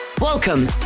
Welcome